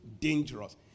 dangerous